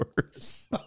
worse